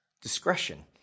discretion